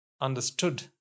understood